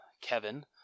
kevin